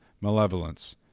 malevolence